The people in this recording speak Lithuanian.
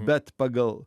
bet pagal